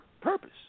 purpose